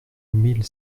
mille